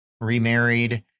remarried